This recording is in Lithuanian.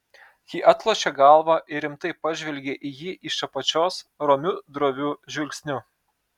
ji atlošė galvą ir rimtai pažvelgė į jį iš apačios romiu droviu žvilgsniu